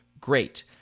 great